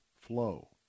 flow